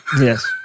Yes